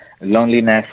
loneliness